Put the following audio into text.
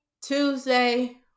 Tuesday